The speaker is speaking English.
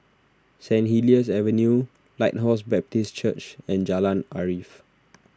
Saint Helier's Avenue Lighthouse Baptist Church and Jalan Arif